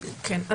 כן.